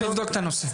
נבדוק את הנושא.